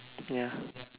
ya